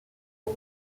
aux